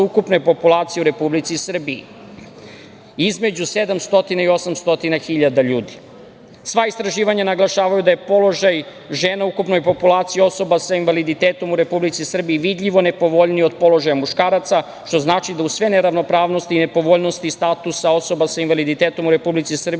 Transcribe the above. ukupne populacije u Republici Srbiji, između 700 i 800 hiljada ljudi. Sva istraživanja naglašavaju da je položaj žena u ukupnoj populaciji osoba sa invaliditetom u Republici Srbiji vidljivo nepovoljniji od položaja muškaraca, što znači da uz sve neravnopravnosti i nepovoljnosti statusa osoba sa invaliditetom u Republici Srbiji